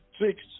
six